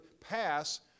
pass